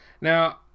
Now